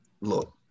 look